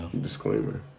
Disclaimer